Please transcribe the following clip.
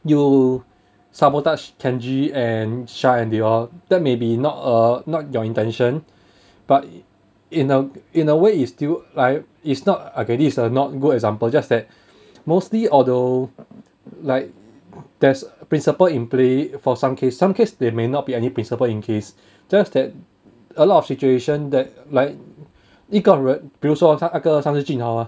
you sabotaged kenji and shah and they all that maybe not err not your intention but in a in a way is still like it's not okay this is not good example just that mostly although like there's principle in play for some case some case they may not be any principle in case just that a lot of situation that like 一个人比如说他那个上次 jun hao ah